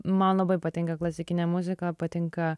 man labai patinka klasikinė muzika patinka